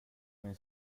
min